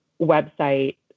website